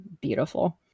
beautiful